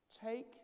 Take